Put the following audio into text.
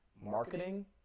Marketing